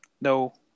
No